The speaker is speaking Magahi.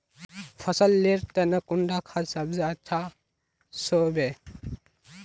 फसल लेर तने कुंडा खाद ज्यादा अच्छा सोबे?